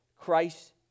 Christ